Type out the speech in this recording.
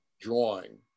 drawing